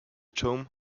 tomb